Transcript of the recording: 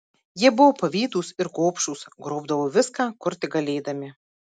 jie buvo pavydūs ir gobšūs grobdavo viską kur tik galėdami